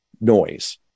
noise